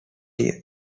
year